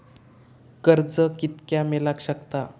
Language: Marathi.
कर्ज कितक्या मेलाक शकता?